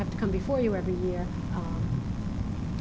have to come before you every year